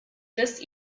this